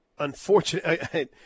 Unfortunately